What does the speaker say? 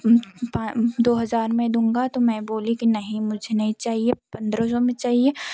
दो हज़ार में दूँगा तो मैं बोली कि नहीं मुझे नहीं चाहिए पंद्रह सौ में चाहिए